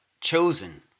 chosen